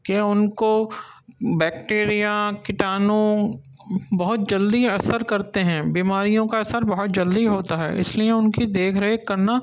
كہ اُن كو بیكٹیریا كٹانو بہت جلدی اثر کرتے ہیں بیماریوں کا اثر بہت جلدی ہوتا ہے اِس لیے اُن كی دیكھ ریكھ كرنا